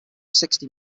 sixty